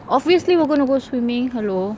obviously we're going to go swimming hello